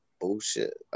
bullshit